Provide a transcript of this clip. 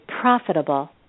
profitable